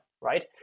right